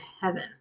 heaven